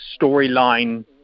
storyline